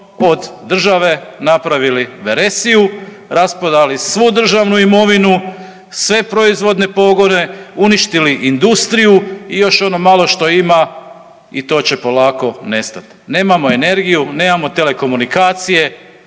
od države napravili veresiju, rasprodali svu državnu imovinu, sve proizvodne pogone, uništili industriju i još ono malo što ima i to će polako nestat. Nemamo energiju, nemamo telekomunikacije,